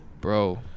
bro